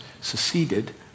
seceded